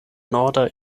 norda